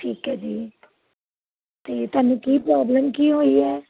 ਠੀਕ ਹੈ ਜੀ ਅਤੇ ਤੁਹਾਨੂੰ ਕੀ ਪ੍ਰੋਬਲਮ ਕੀ ਹੋਈ ਹੈ